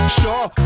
sure